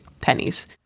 pennies